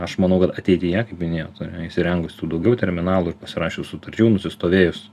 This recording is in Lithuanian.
aš manau kad ateityje kaip minėjot įsirengus tų daugiau terminalų ir pasirašius sutarčių nusistovėjus